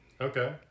Okay